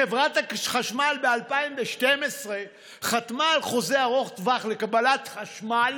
חברת חשמל חתמה ב-2012 על חוזה ארוך טווח לקבלת חשמל